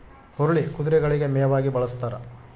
ಹುರುಳಿ ಕುದುರೆಗಳಿಗೆ ಮೇವಾಗಿ ಬಳಸ್ತಾರ